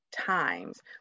times